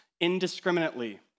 indiscriminately